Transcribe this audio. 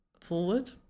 forward